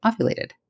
ovulated